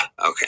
Okay